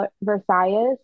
versailles